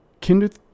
kindred